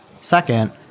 Second